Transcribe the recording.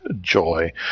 joy